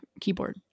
keyboard